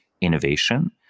innovation